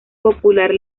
popular